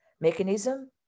mechanism